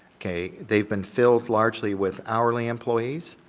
okay. they've been filled largely with hourly employees,